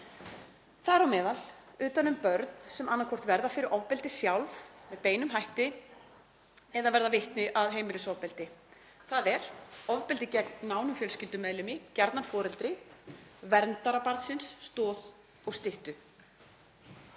þar á meðal utan um börn sem annaðhvort verða fyrir ofbeldi sjálf með beinum hætti eða verða vitni að heimilisofbeldi, þ.e. ofbeldi gegn nánum fjölskyldumeðlimi, gjarnan foreldri; verndara barnsins, stoð og styttu.